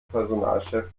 personalchef